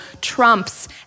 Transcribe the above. trumps